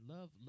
Love